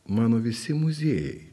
mano visi muziejai